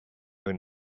are